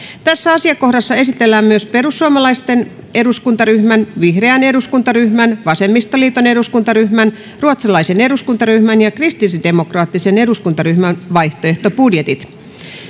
tässä asiakohdassa esitellään myös perussuomalaisten eduskuntaryhmän vihreän eduskuntaryhmän vasemmistoliiton eduskuntaryhmän ruotsalaisen eduskuntaryhmän ja kristillisdemokraattisen eduskuntaryhmän vaihtoehtobudjetit